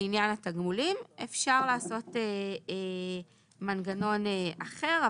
לעניין התגמולים אפשר לעשות מנגנון אחר,